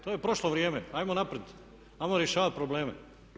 To je prošlo vrijeme, hajmo naprijed, hajmo rješavat probleme.